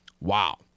wow